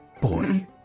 Boy